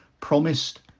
promised